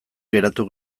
geratu